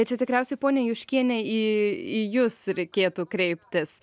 čia tikriausiai ponia juškiene į į jus reikėtų kreiptis